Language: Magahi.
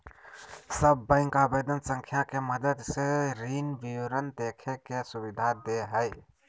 सब बैंक आवेदन संख्या के मदद से ऋण विवरण देखे के सुविधा दे हइ